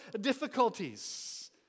difficulties